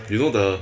you know the